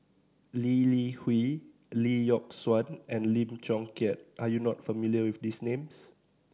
Lee Li Hui Lee Yock Suan and Lim Chong Keat are you not familiar with these names